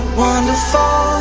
wonderful